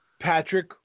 Patrick